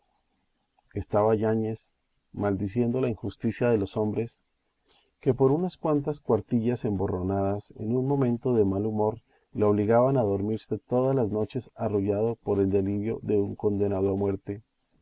estaba yáñez maldiciendo la injusticia de los hombres que por unas cuantas cuartillas emborronadas en un momento de mal humor le obligaban a dormirse todas las noches arrullado por el delirio de un condenado a muerte